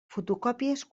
fotocòpies